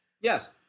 Yes